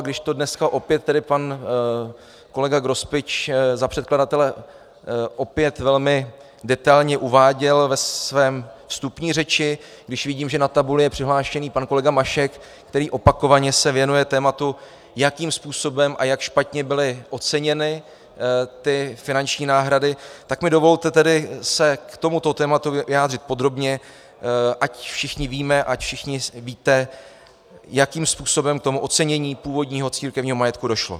A když to dneska opět pan kolega Grospič za předkladatele velmi detailně uváděl ve své vstupní řeči, když vidím, že na tabuli je přihlášený pan kolega Mašek, který se opakovaně věnuje tématu, jakým způsobem a jak špatně byly oceněny ty finanční náhrady, tak mi dovolte se k tomuto tématu vyjádřit podrobně, ať všichni víme, ať všichni víte, jakým způsobem k tomu ocenění původního církevního majetku došlo.